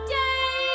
day